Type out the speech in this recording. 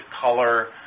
color